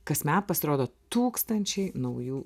kasmet pasirodo tūkstančiai naujų